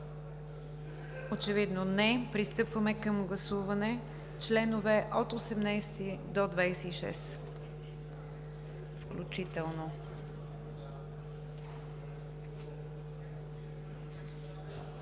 Очевидно не. Пристъпваме към гласуване членове 18 до 26 включително.